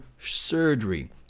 surgery